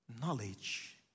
knowledge